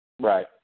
Right